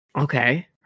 Okay